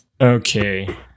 Okay